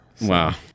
Wow